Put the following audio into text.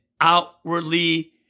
outwardly